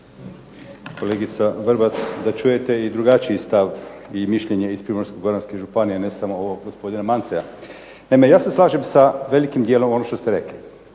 Kolegica vrlo, da čujete i drugačiji stav i mišljenje iz Primorsko-goranske županije, a ne samo ovo gospodina Mancea. Naime, ja se slažem sa velikim dijelom ono što ste rekli.